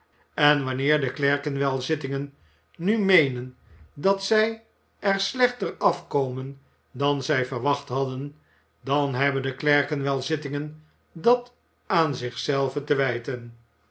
en wanneer de clerkinwell zittingen nu meenen dat zij er slechter afkomen dan zij verwacht hadden dan hebben de clerkinwellzittingen dat aan zich zelven te wijten